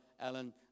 Alan